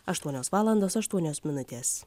aštuonios valandos aštuonios minutės